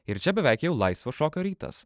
ir čia beveik jau laisvo šokio rytas